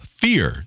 fear